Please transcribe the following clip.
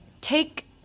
take –